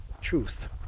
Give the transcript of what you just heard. truth